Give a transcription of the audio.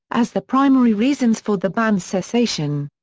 as the primary reasons for the band's cessation.